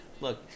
Look